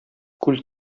күл